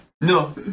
No